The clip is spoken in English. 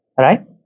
Right